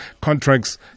contracts